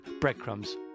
breadcrumbs